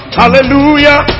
hallelujah